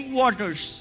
waters